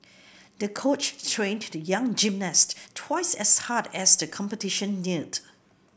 the coach trained the young gymnast twice as hard as the competition neared